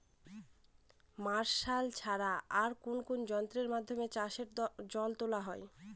Martial ছাড়া আর কোন কোন যন্ত্রেরর মাধ্যমে চাষের জল তোলা হয়?